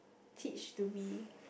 teach to be